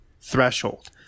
threshold